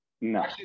No